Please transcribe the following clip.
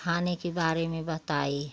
खाने के बारे में बताई